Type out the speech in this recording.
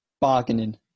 bargaining